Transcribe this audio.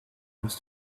was